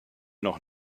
noch